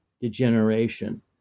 degeneration